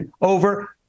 over